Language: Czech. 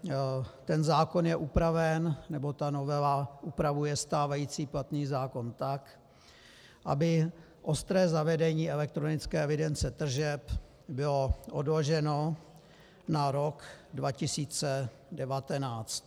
V zásadě ten zákon je upraven, nebo ta novela upravuje stávající platný zákon tak, aby ostré zavedení elektronické evidence tržeb bylo odloženo na rok 2019.